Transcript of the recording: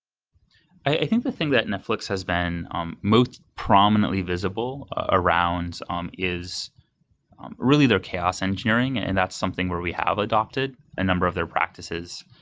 i think the thing that netflix has been um most prominently visible around um is really their chaos engineering, and that something where we have adopted a number of their practices.